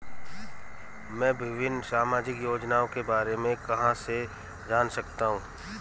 मैं विभिन्न सामाजिक योजनाओं के बारे में कहां से जान सकता हूं?